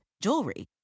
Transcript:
jewelry